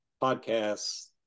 podcasts